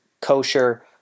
kosher